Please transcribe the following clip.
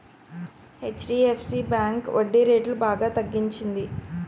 HDFC bank వడ్డీరేట్లు బాగా తగ్గించింది